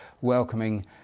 welcoming